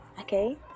Okay